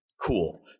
Cool